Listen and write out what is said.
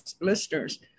listeners